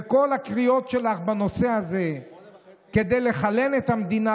וכל הקריאות שלך בנושא הזה כדי לחלל את המדינה,